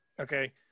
Okay